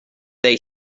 they